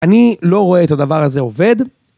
אני לא רואה את הדבר הזה עובד.